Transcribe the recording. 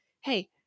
hey